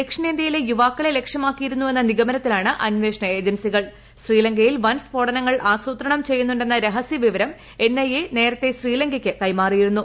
ദക്ഷിണേന്ത്യയിലെ യുവാക്കളെ ലക്ഷ്യമാക്കിയിരുന്നുവെന്ന നിഗമനത്തിന് അന്വേഷണ ഏജൻസികൾ ശ്രീലങ്കയിൽ വൻ സ്ഫോടനങ്ങൾ ആസൂത്രണം ചെയ്യുന്നുണ്ടെന്ന രഹസ്യ വിവരം എൻ ഐ എ ശ്രീലങ്കയ്ക്ക് കൈമാറിയിരുന്നു